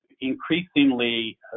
increasingly